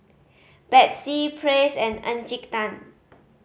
Betsy Praise and Encik Tan